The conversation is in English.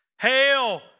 Hail